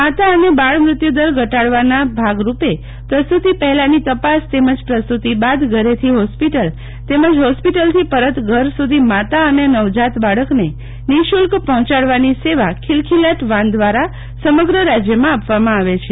માતા અને બાળ મૃત્યુ દર ઘટાડવાનાજેના ભાગરૂપે પ્રસૂતિ પહેલાની તપાસ તેમજ પ્રસૂતિ બાદ ઘરેથી હોસ્પિટલ તેમજ હોસ્પિટલથી પરત ઘર સુધી માતા અને નવજાત બાળકને નિઃશુલ્ક પહોંચાડવાની સેવા ખિલખિલાટ વાન દ્વારા સમગ્ર રાજ્યમાં આપવામાં આવે છે